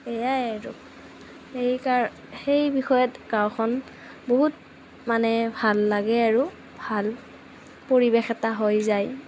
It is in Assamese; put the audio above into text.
এয়াই আৰু এইকাৰ সেই বিষয়ত গাঁওখন বহুত মানে ভাল লাগে আৰু ভাল পৰিৱেশ এটা হৈ যায়